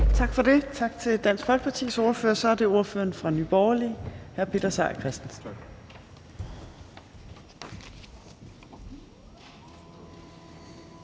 Tak for det. Tak til Dansk Folkepartis ordfører. Så er det ordføreren fra Nye Borgerlige, hr. Peter Seier Christensen.